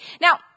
Now